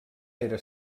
era